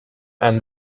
and